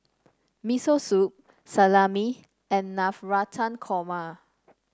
Miso Soup Salami and Navratan Korma